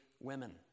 women